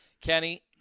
Kenny